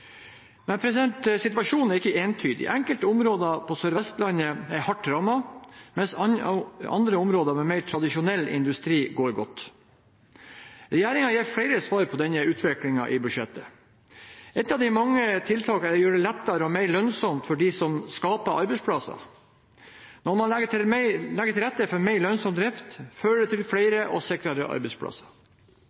men situasjonen er ikke entydig. Enkelte områder på Sør-Vestlandet er hardt rammet, mens andre områder med mer tradisjonell industri går godt. Regjeringen gir flere svar på denne utviklingen i budsjettet. Ett av mange tiltak er å gjøre det lettere og mer lønnsomt for dem som skaper arbeidsplasser. Når man legger til rette for mer lønnsom drift, fører det til flere og sikrere arbeidsplasser.